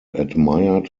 admired